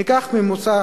ניקח ממוצע